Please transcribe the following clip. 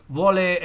vuole